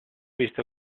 visto